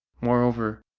moreover,